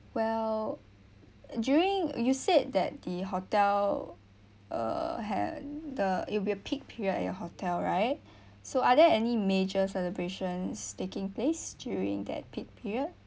well during you said that the hotel uh had the it will be a peak period at your hotel right so are there any major celebrations taking place during that peak period